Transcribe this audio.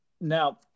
Now